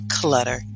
Clutter